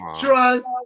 Trust